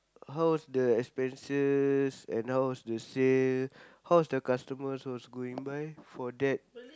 how was the expenses and how was the sale how was the customer was going by for that